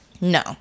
No